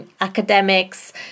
academics